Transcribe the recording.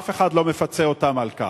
אף אחד לא מפצה אותם על כך.